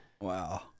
Wow